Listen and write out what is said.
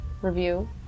review